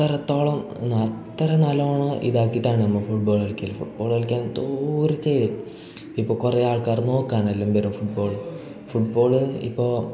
അത്തരത്തോളം അത്തരം നല്ലവണ്ണം ഇതാക്കിയിട്ടാണ് നമ്മൾ ഫുട്ബോൾ കളിക്കല് ഫുട്ബോള് കളിക്കാൻ എന്തോര് ചെയ്യ് ഇപ്പം കുറേ ആൾക്കാർ നോക്കാനെല്ലാം വരും ഫുട്ബോൾ ഫുട്ബോൾ ഇപ്പോൾ